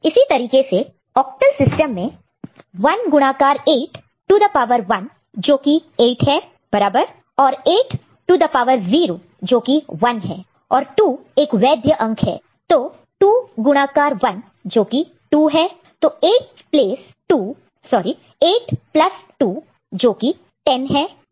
इसी तरीके से ऑक्टल सिस्टम में 1 गुणाकार multiplied multiplied 8 to the power 1 जोकि 8 है बराबर और 8 टू द पावर 0 जोकि 1 है और 2 एक वैद्य वैलिड valid अंक डिजिट digit है तो 2 गुणाकार मल्टप्लाइड multiplied 1 जोकि 2 है तो 8 प्लस 2 जोकि 10 है